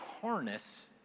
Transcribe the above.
harness